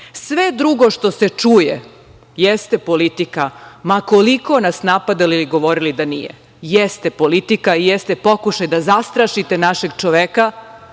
Sve drugo što se čuje jeste politika, ma koliko nas napadali ili govorili da nije. Jeste politika i jeste pokušaj da zastrašite našeg čoveka